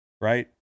right